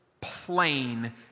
plain